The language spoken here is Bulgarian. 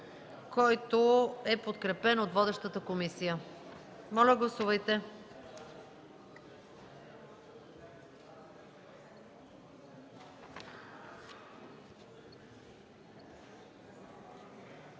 който е подкрепен от водещата комисия. Гласували